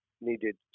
needed